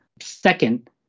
Second